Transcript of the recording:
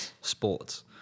sports